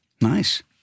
nice